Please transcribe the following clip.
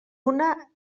una